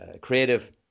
creative